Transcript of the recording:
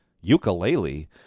ukulele